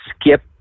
skip